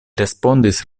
respondis